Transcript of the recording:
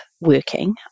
working